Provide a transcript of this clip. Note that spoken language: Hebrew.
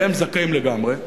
והם זכאים לגמרי,